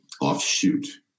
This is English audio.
offshoot